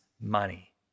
money